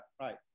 right